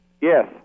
Yes